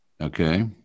Okay